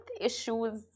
issues